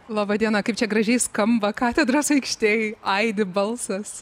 laba diena kaip čia gražiai skamba katedros aikštėj aidi balsas